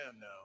now